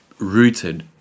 Rooted